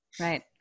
Right